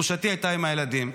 וגרושתי הייתה עם הילדים.